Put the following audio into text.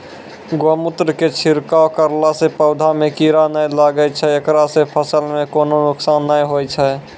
गोमुत्र के छिड़काव करला से पौधा मे कीड़ा नैय लागै छै ऐकरा से फसल मे कोनो नुकसान नैय होय छै?